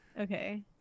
Okay